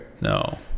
No